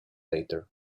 later